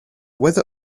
whether